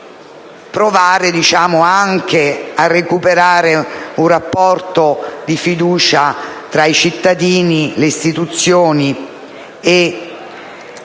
provare anche a recuperare il rapporto di fiducia tra i cittadini, le istituzioni e